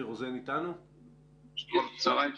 צהרים טובים.